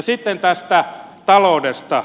sitten tästä taloudesta